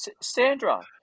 Sandra